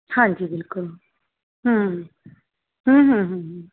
ਹਾਂਜੀ ਬਿਲਕੁਲ ਹੂੰ ਹੂੰ ਹੂੰ ਹੂੰ ਹੂੰ